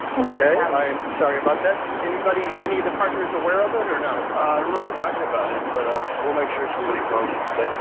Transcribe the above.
okay. i'm sorry about that. anybody any department is aware of it or not remember talking about it, but ah, we'll make sure somebody calls you today.